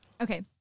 Okay